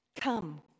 Come